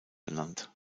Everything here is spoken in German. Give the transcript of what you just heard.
benannt